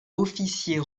officier